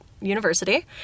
University